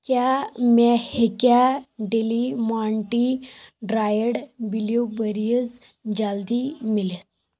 کیٛاہ مےٚ ہیٚکیٛاہ ڈٮ۪لمانٹی ڈرٛایڈ بِلیوٗ بیٚریٖز جلدِی مِلِتھ